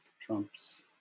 Trump's